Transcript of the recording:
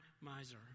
Miser